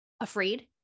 afraid